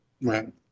Right